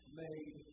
made